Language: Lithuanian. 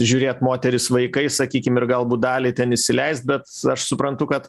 žiūrėt moterys vaikai sakykim ir galbūt dalį ten įsileist bet aš suprantu kad